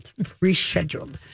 Rescheduled